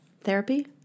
Therapy